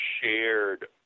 shared